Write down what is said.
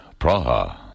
Praha